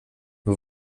nur